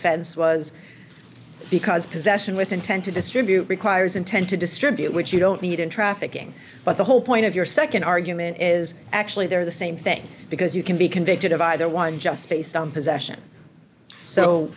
fense was because possession with intent to distribute requires intent to distribute which you don't need in trafficking but the whole point of your nd argument is actually they're the same thing because you can be convicted of either one just based on possession so